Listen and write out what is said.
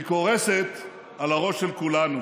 היא קורסת על הראש של כולנו.